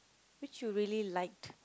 which you really like